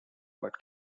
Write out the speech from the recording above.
but